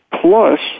Plus